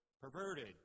perverted